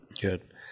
Good